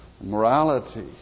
morality